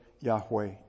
Yahweh